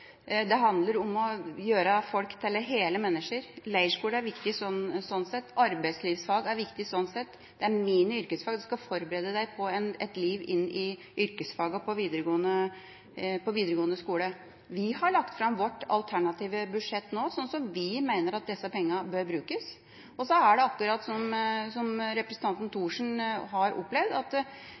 Det handler om å gjøre folk til hele mennesker. Leirskole er viktig sånn sett. Arbeidslivsfag er viktig sånn sett. Det er mini yrkesfag. Man skal forberede seg til yrkesfagene på videregående skole. Vi har lagt fram vårt alternative budsjett nå, slik vi mener at disse pengene bør brukes. Og så er det slik, akkurat som representanten Thorsen har opplevd, at